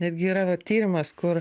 netgi yra va tyrimas kur